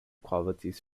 qualities